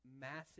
massive